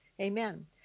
Amen